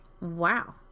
Wow